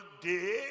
day